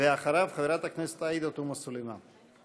אחריו, חברת הכנסת עאידה תומא סלימאן.